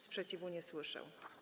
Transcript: Sprzeciwu nie słyszę.